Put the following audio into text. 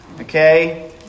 Okay